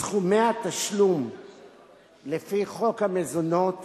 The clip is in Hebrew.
סכומי התשלום לפי חוק המזונות